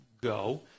Go